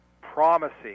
promising